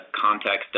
context